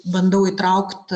bandau įtraukt